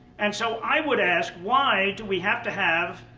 and so, i would ask why do we have to have,